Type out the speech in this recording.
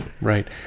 Right